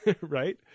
Right